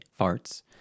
farts